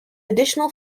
additional